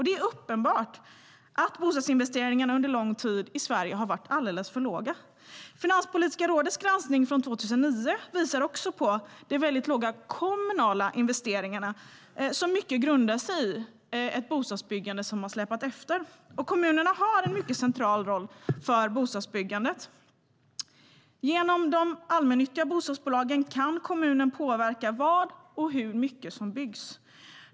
Det är uppenbart att bostadsinvesteringarna under lång tid har varit alldeles för låga i Sverige.Finanspolitiska rådets granskning från 2009 visar också på de väldigt låga kommunala investeringarna som mycket grundar sig i ett bostadsbyggande som har släpat efter. Kommunerna har en mycket central roll för bostadsbyggandet. Genom de allmännyttiga bostadsbolagen kan kommunen påverka vad och hur mycket som byggs.